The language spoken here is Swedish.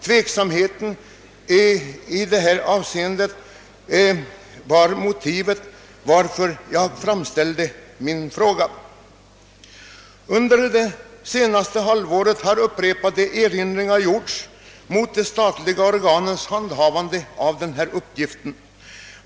Tveksamheten i detta avseende var motivet bakom min fråga. Under det senase halvåret har upprepade erinringar gjorts mot de statliga organens handhavande av denna uppgift.